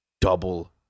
double